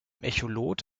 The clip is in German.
echolot